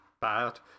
bad